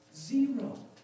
Zero